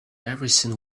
everything